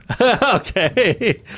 Okay